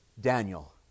Daniel